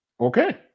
Okay